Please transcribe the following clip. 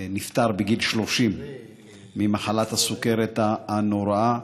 נפטר בגיל 30 ממחלת הסוכרת הנוראה,